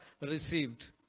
received